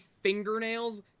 fingernails